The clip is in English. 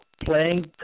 playing